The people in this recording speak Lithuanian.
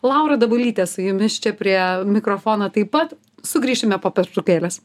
laura dabulytė su jumis čia prie mikrofono taip pat sugrįšime po pertraukėlės